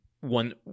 one